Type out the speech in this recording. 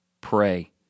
pray